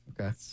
okay